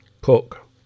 Cook